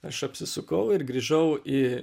aš apsisukau ir grįžau į